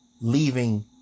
leaving